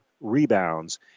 rebounds